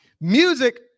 Music